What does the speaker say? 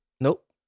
Nope